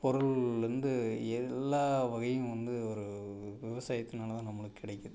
பொருள் வந்து எல்லா வகையும் வந்து ஒரு விவசாயத்தினால தான் நம்மளுக்கு கிடைக்கிது